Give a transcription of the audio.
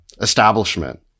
establishment